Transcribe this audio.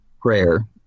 prayer